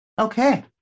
okay